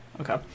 Okay